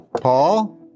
Paul